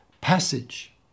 passage